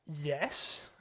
Yes